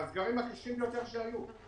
הוא היה מהסגרים הקשים ביותר שהיו,